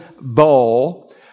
bowl